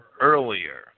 earlier